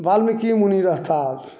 वाल्मीकि मुनि रहता तुलसी